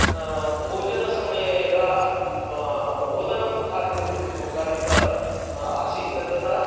भोजनसमये यदा ओदनं खादितम् खादितम् आसीत् तदा